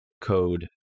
code